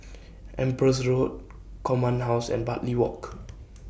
Empress Road Command House and Bartley Walk